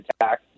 attack